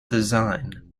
design